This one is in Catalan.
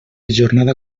jornada